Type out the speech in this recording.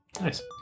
Nice